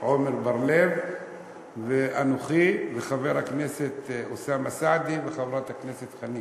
עמר בר-לב ואנוכי וחבר הכנסת אוסאמה סעדי וחבר הכנסת חנין.